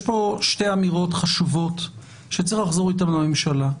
יש פה שתי אמירות חשובות שצריך לחזור איתן לממשלה.